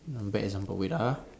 bad example wait ah